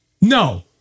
no